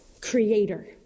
creator